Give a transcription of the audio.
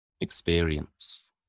experience